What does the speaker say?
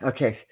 Okay